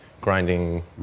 grinding